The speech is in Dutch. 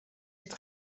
het